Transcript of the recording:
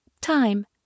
Time